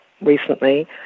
recently